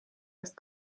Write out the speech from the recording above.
eest